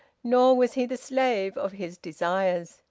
nor was he the slave of his desires.